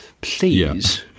Please